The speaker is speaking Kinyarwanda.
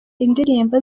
indirimbo